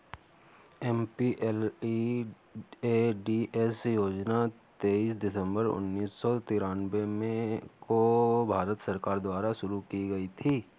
MPLADS योजना तेईस दिसंबर उन्नीस सौ तिरानवे को भारत सरकार द्वारा शुरू की गयी थी